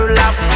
love